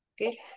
okay